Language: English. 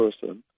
person